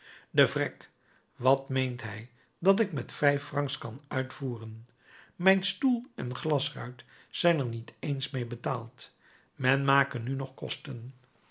de vrek wat meent hij dat ik met vijf francs kan uitvoeren mijn stoel en glasruit zijn er niet eens meê betaald men make nu nog kosten